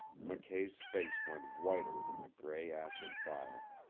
mckay's face went whiter than the gray ash of fire.